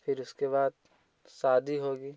फिर उसके बाद शादी होगी